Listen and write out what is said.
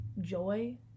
joy